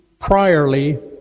priorly